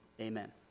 Amen